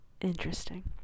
Interesting